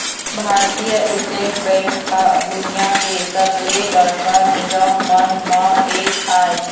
भारतीय state bank ह दुनिया के सबले बड़का निगम मन म एक आय